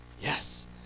Yes